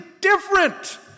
different